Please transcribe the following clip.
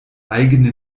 eigene